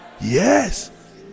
Yes